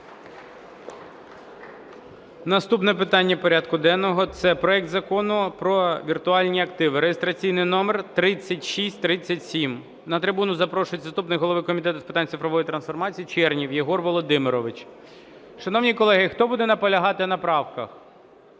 Наступне питання порядку денного – це проект Закону про віртуальні активи (реєстраційний номер 3637). На трибуну запрошується заступник голови Комітету з питань цифрової трансформації Чернєв Єгор Володимирович. Шановні колеги, хто буде наполягати на правках?